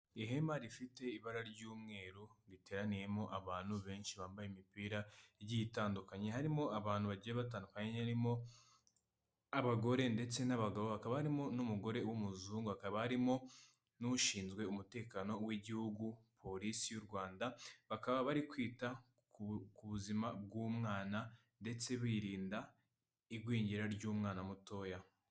Ihema rifite ibara ry'umweru riteraniyemo abantu benshi bambaye imipira igiye itandukanye, harimo abantu bagiye batandukanye, harimo abagore ndetse n'abagabo, hakaba barimo n'umugore w'umuzungu, hakaba harimo n'ushinzwe umutekano w'igihugu polisi y'u Rwanda, bakaba bari kwita ku buzima bw'umwana ndetse birinda igwingira ry'umwana mutoya.